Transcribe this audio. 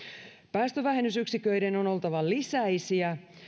päästövähennysyksiköiden on oltava lisäisiä